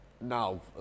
now